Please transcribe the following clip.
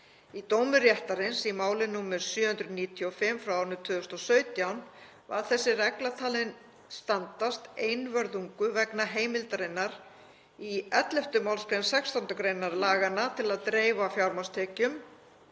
Í dómi réttarins í máli nr. 795/2017 var þessi regla talin standast einvörðungu vegna heimildarinnar í 11. mgr. 16. gr. laganna til að dreifa fjármagnstekjum,